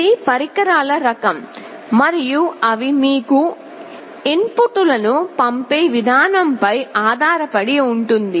ఇది పరికరాల రకం మరియు అవి మీకు ఇన్పుట్లను పంపే విధానంపై ఆధారపడి ఉంటుంది